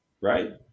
Right